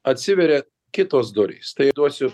atsiveria kitos durys tai duosiu